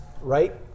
right